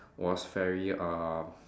was very uh